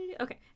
Okay